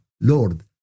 Lord